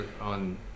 on